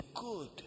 good